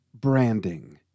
branding